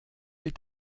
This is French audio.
est